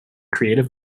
creative